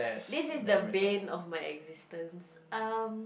this is the bane of my existence um